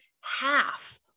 half